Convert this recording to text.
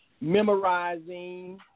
memorizing